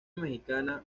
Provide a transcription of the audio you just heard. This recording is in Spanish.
mexicana